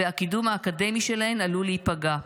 והקידום האקדמי שלהן עלול להיפגע.